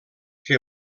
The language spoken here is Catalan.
que